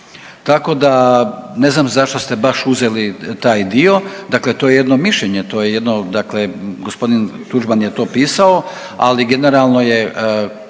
Tako da ne znam zašto ste uzeli taj dio. Dakle, to je jedno mišljenje, to je jedno dakle gospodin Tuđman je to pisao, ali generalno je,